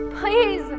Please